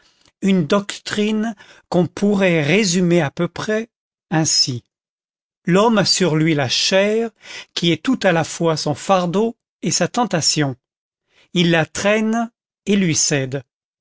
une doctrine qu'on pourrait résumer à peu près ainsi l'homme a sur lui la chair qui est tout à la fois son fardeau et sa tentation il la traîne et lui cède